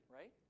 right